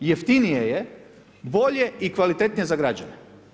Jeftinije je, bolje i kvalitetnije za građane.